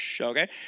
okay